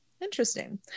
Interesting